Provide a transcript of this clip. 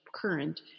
current